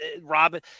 Robin –